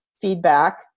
feedback